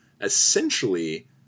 essentially